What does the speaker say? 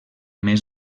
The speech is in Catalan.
més